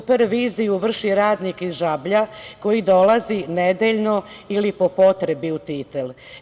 Superviziju vrši radnik iz Žablja, koji dolazi nedeljno, ili po potrebi u Titel.